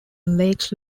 lakes